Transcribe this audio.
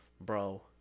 Bro